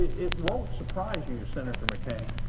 it won't surprise you, senator mccain,